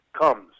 comes